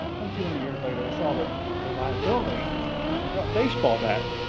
and too many years later, they saw the the viability and brought baseball back.